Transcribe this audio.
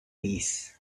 this